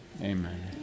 Amen